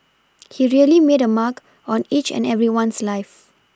he really made a mark on each and everyone's life